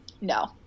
no